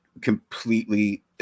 completely